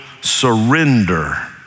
surrender